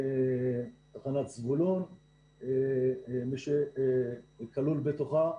תחנת זבולון ומי שכלול בתוכה,